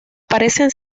parecen